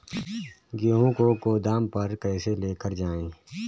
गेहूँ को गोदाम पर कैसे लेकर जाएँ?